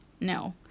No